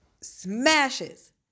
smashes